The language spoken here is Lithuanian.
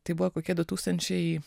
tai buvo kokie du tūkstančiai